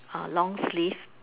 a long sleeve